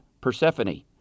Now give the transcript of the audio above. Persephone